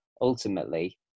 ultimately